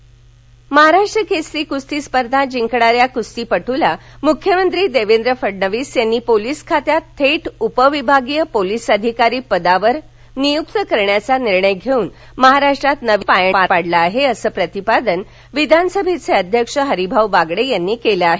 कुस्ती महाराष्ट्र केसरी कुस्ती स्पर्धा जिंकणाऱ्या कुस्तीपटूला मुख्यमंत्री देवेंद्र फडणवीस यांनी पोलीस खात्यात थेट उपविभागीय पोलीस अधिकारी पदावर नियुक्त करण्याचा निर्णय घेवून महाराष्ट्रात नवीन पायंडा पाडला आहे असे प्रतिपादन विधानसभा अध्यक्ष हरिभाऊ बागडे यांनी केलं आहे